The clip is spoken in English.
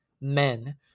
men